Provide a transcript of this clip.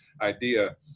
idea